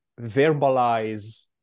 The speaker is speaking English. verbalize